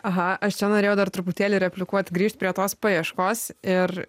aha aš čia norėjau dar truputėlį replikuot grįžt prie tos paieškos ir